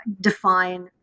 define